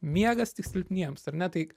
miegas tik silpniems ar ne tai